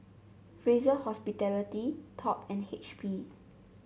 Fraser Hospitality Top and H P